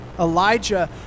Elijah